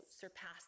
surpass